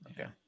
Okay